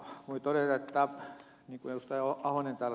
voi todeta niin kuin ed